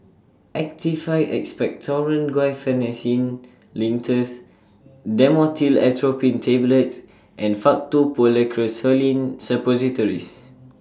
Actified Expectorant Guaiphenesin Linctus Dhamotil Atropine Tablets and Faktu Policresulen Suppositories